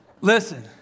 Listen